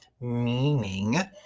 meaning